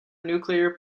nuclear